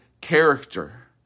character